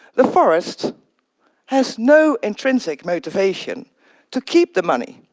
the forest has no intrinsic motivation to keep the money.